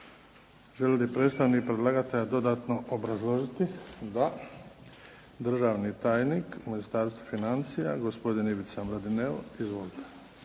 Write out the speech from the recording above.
Želi li predstavnik predlagatelja dodatno obrazložiti? Da. Državni tajnik u Ministarstvu financija gospodin Ivica Mladineo. Izvolite.